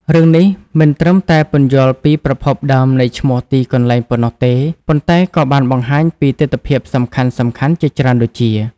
រឿងនេះមិនត្រឹមតែពន្យល់ពីប្រភពដើមនៃឈ្មោះទីកន្លែងប៉ុណ្ណោះទេ ប៉ុន្តែក៏បានបង្ហាញពីទិដ្ឋភាពសំខាន់ៗជាច្រើនដូចជា៖